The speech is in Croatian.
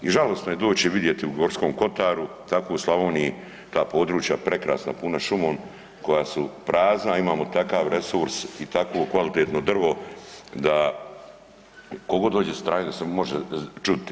I žalosno je doći i vidjeti u Gorkom kotaru tako u Slavoniji ta područja prekrasna puna šumom koja su prazna, a imamo takav resurs i takvo kvalitetno drvo da tko god dođe stranac da se može čudit.